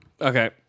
Okay